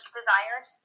desired